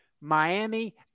Miami